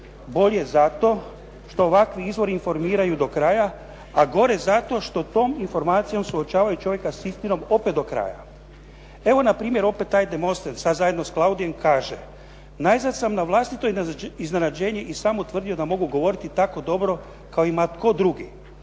Bolje zato što ovakvi izvori informiraju do kraja a gore zato što tom informacijom suočavaju čovjeka sa istinom opet do kraja. Evo opet taj Demosten sada zajedno sa Klaudijem kaže: "Najzad sam na vlastito iznenađenje i sam utvrdio da mogu govoriti tako dobro kao i ma tko drugi.